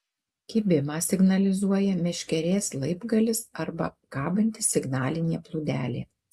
kibimą signalizuoja meškerės laibgalis arba kabanti signalinė plūdelė